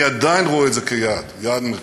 אני עדיין רואה את זה כיעד, יעד מרכזי,